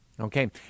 Okay